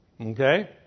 Okay